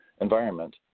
environment